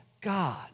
God